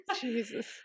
Jesus